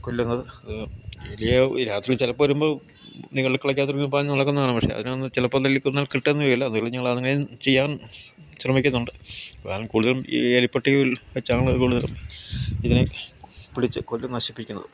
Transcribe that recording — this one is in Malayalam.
കൊല്ലുന്നത് എലിയെ രാത്രി ചിലപ്പോൾ വരുമ്പോൾ ഈ അടുക്കളയ്ക്കകത്ത് ഓടി പാഞ്ഞുനടക്കുന്നത് കാണാം പക്ഷെ അതിനെ ഒന്ന് ചിലപ്പോൾ തല്ലികൊല്ലാൻ കിട്ടുകയൊന്നുമില്ല എന്നാലും ഞങ്ങൾ അങ്ങനെ ചെയ്യാൻ ശ്രമിക്കുന്നുണ്ട് എന്നാലും കൂടുതലും ഈ എലിപ്പെട്ടിയിൽ വെച്ചാണലോ കൂടുതലും ഇതിനെ പിടിച്ച് കൊല്ലും നശിപ്പിക്കുന്നത്